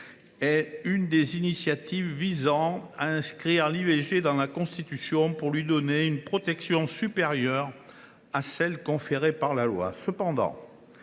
est l’une des initiatives visant à inscrire l’IVG dans la Constitution pour lui donner une protection supérieure à celle que lui confère la loi.